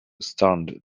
stunned